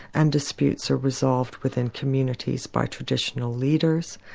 and disputes are resolved within communities by traditional leaders,